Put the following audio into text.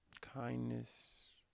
Kindness